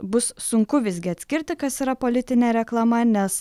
bus sunku visgi atskirti kas yra politinė reklama nes